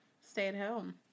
stay-at-home